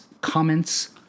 comments